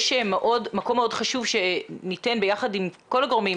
יש מקום מאוד חשוב שניתן ביחד עם כל הגורמים,